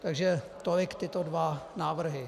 Takže tolik tyto dva návrhy.